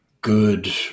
good